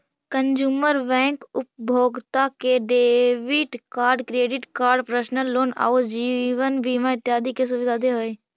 consumer bank उपभोक्ता के debit card, credit card, personal loan आउ जीवन बीमा इत्यादि के सुविधा दे हइ